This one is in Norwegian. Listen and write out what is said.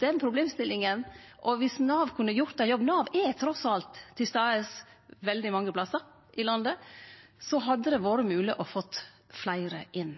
den problemstillinga, og viss Nav kunne ha gjort ein jobb – Nav er trass alt til stades på veldig mange plassar i landet – så hadde det vore mogleg å få fleire inn.